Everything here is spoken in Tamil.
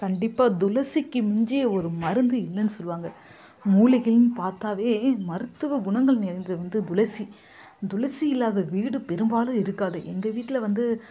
கண்டிப்பாக துளசிக்கு மிஞ்சிய ஒரு மருந்து இல்லைன்னு சொல்லுவாங்க மூலிகைன்னு பார்த்தாவே மருத்துவ குணங்கள் நிறைந்தது வந்து துளசி துளசி இல்லாத வீடு பெரும்பாலும் இருக்காது எங்கள் வீட்டில் வந்து